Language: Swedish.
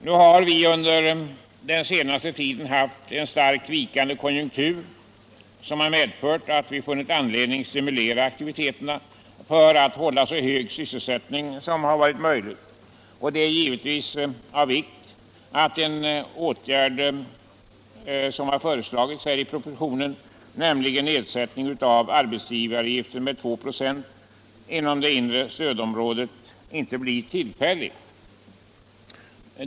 Den under den senaste tiden starkt vikande konjunkturen har medfört att vi funnit anledning stimulera aktiviteterna för att hålla så hög sysselsättning som möjligt. Det är givetvis av vikt att den åtgärd som har föreslagits i propositionen, nämligen en nedsättning av arbetsgivaravgiften med 2 96 inom det inre stödområdet, inte blir tillfällig.